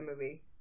movie